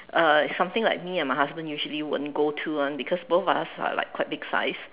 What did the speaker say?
uh it's something like me and my husband usually won't go to [one] because both of us are like quite big size